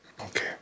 Okay